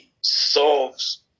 solves